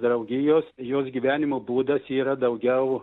draugijos jos gyvenimo būdas yra daugiau